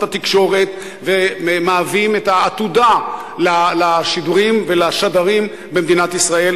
התקשורת ומהווים את העתודה לשידורים ולשדרים במדינת ישראל,